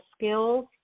skills